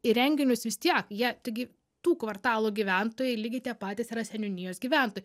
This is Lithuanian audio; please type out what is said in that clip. į renginius vis tiek jie tigi tų kvartalų gyventojai lygiai tie patys yra seniūnijos gyventojai